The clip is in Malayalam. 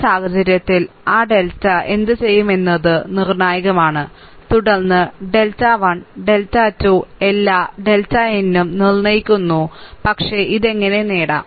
ഈ സാഹചര്യത്തിൽ ആ ഡെൽറ്റ എന്തുചെയ്യും എന്നത് നിർണ്ണായകമാണ് തുടർന്ന് ഡെൽറ്റ 1 ഡെൽറ്റ 2 എല്ലാ ഡെൽറ്റ n യും നിർണ്ണയിക്കുന്നു പക്ഷേ ഇത് എങ്ങനെ നേടാം